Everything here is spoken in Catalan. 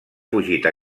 fugit